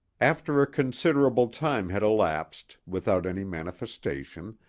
after a considerable time had elapsed without any manifestation,